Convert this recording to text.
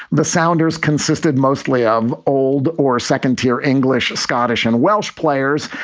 the sounders consisted mostly of old or second tier english, scottish and welsh players.